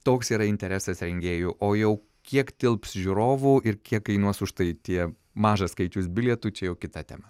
toks yra interesas rengėjų o jau kiek tilps žiūrovų ir kiek kainuos už tai tie mažas skaičius bilietų čia jau kita tema